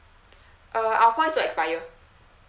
uh our point will expire